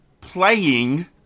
playing